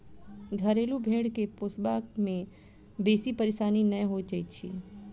घरेलू भेंड़ के पोसबा मे बेसी परेशानी नै होइत छै